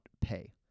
pay